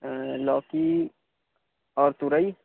لوکی اور تورئی